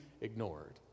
ignored